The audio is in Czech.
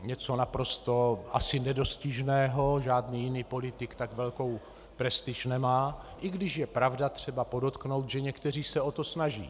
Něco naprosto asi nedostižného, žádný jiný politik tak velkou prestiž nemá, i když, pravda, je třeba podotknout, že někteří se o to snaží.